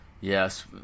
Yes